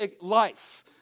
life